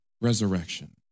resurrection